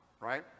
right